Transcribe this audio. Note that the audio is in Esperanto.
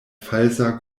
falsa